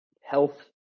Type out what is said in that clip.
health